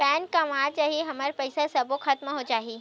Pan गंवा जाही हमर पईसा सबो खतम हो जाही?